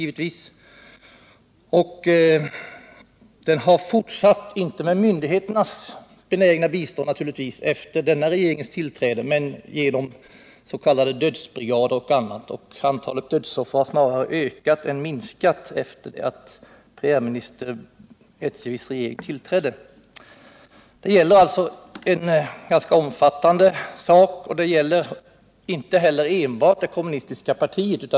Denna förföljelse har naturligtvis inte fortsatt med myndigheternas benägna tillstånd efter denna regims tillträde, men genom s.k. dödsbrigader och annat har den pågått. Antalet dödsoffer har snarare ökat än minskat sedan premiärminister Ecevits regering tillträdde. Det gäller alltså en ganska omfattande sak och inte enbart det kommunistiska partiet.